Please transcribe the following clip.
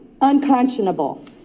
unconscionable